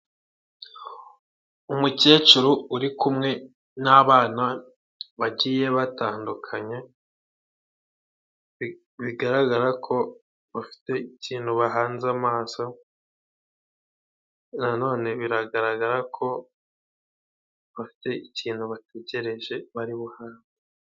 Umukecuru uri kumwe n'abana bagiye batandukanye bigaragara ko bafite ikintu bahanze amaso na none biragaragara ko bafite ikintu batekereje bari buhabwe.